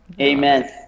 Amen